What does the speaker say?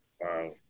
Wow